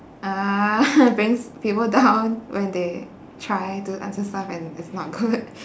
uh brings people down when they try to answer stuff and it's not good